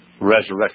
resurrection